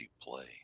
play